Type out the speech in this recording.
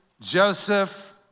Joseph